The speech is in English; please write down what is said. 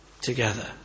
together